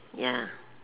ya